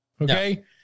Okay